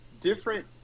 different